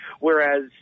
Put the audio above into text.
Whereas